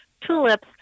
tulips